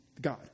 God